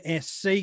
SC